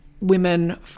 women